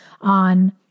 on